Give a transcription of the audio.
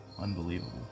Unbelievable